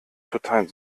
totalen